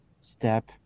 step